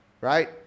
Right